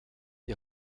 die